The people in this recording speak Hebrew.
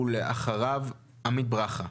ואחריו עמית ברכה,